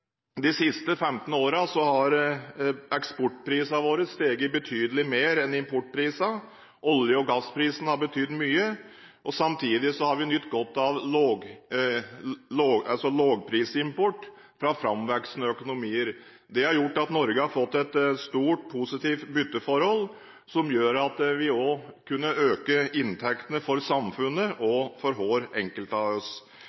de siste 15 årene har eksportprisene våre steget betydelig mer enn importprisene. Olje- og gassprisen har betydd mye. Samtidig har vi nytt godt av lavprisimport fra framvoksende økonomier. Det har gjort at Norge har fått et stort, positivt bytteforhold, som gjør at vi også kunne øke inntektene for samfunnet og for hver enkelt av oss.